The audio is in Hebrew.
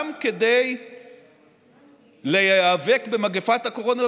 גם כדי להיאבק במגפת הקורונה ובהשלכותיה.